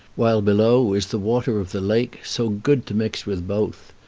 while below is the water of the lake, so good to mix with both.